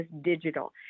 digital